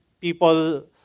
people